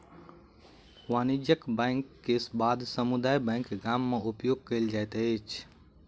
वाणिज्यक बैंक के बाद समुदाय बैंक गाम में उपयोग कयल जाइत अछि